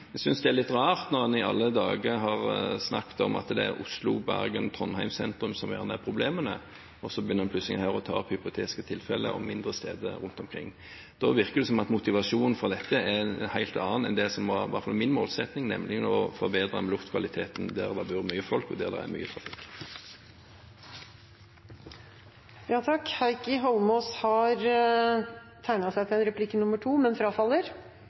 Jeg synes det er litt rart, når en alltid har snakket om at det er Oslo, Bergen og Trondheim sentrum som har problemene, at en her plutselig begynner å ta opp hypotetiske tilfeller om mindre steder rundt omkring. Da virker det som at motivasjonen for dette er en helt annen enn det som i hvert fall var min målsetting, nemlig å forbedre luftkvaliteten der det bor mange folk, og der det er mye trafikk. Replikkordskiftet er omme. De talere som heretter får ordet, har en